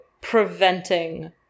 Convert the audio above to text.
preventing